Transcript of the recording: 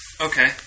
Okay